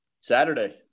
Saturday